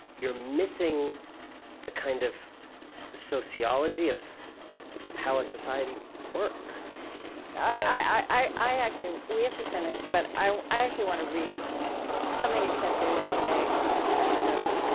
you're missing the kind of sociology of how a society works i i actually we have to finish, but i i actually want to read something you said here yesterday, in chicago.